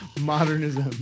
Modernism